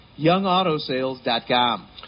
Youngautosales.com